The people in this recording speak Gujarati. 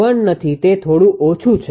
01 નથી તે થોડું ઓછું છે